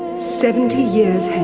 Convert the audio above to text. seventy years